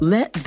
Let